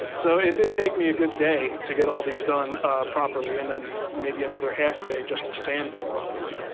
so it did take me a good day to get all these done properly, and then maybe another half day just to sand them properly.